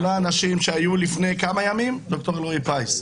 ד"ר אלרעי-פרייס,